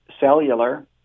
cellular